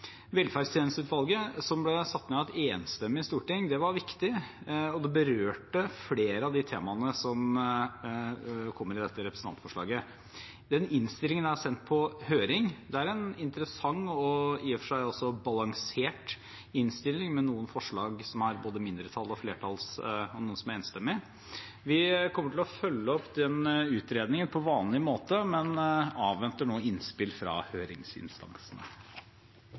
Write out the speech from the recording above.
Velferdstjenesteutvalget, som ble satt ned av et enstemmig storting, var viktig, og det berørte flere av temaene i representantforslaget. Innstillingen er sendt på høring. Det er en interessant og i og for seg balansert innstilling med noen forslag som er både mindretallsforslag og flertallsforslag, og noen som er enstemmige. Vi kommer til å følge opp utredningen på vanlig måte, men avventer nå innspill fra høringsinstansene.